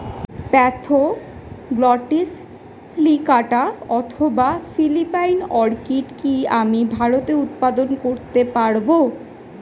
Spathoglottis প্লিকাটা অথবা Philippine orchid কি আমি ভারতে উৎপাদন করতে পারবো?